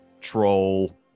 Troll